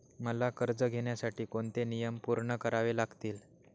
मला कर्ज घेण्यासाठी कोणते नियम पूर्ण करावे लागतील?